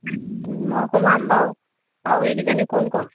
মই সোমাম বাৰু আৰু এইকেইজনী কোন কোন